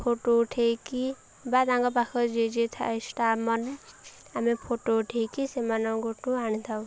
photo ଉଠେଇକି ବା ତାଙ୍କ ପାଖ ଯିଏ ଯିଏ ଥାଏ ଷ୍ଟାପ୍ ମାନେ ଆମେ ଫଟୋ ଉଠେଇକି ସେମାନଙ୍କଠୁ ଆଣିଥାଉ